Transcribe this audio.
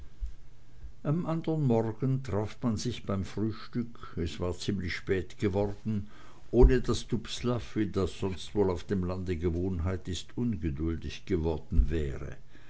am andern morgen traf man sich beim frühstück es war ziemlich spät geworden ohne daß dubslav wie das sonst wohl auf dem lande gewohnheit ist ungeduldig geworden wäre